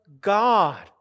God